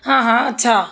हां हां अच्छा